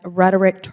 rhetoric